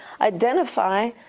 identify